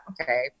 Okay